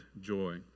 joy